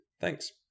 Thanks